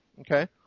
Okay